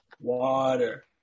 Water